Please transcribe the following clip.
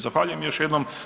Zahvaljujem još jednom.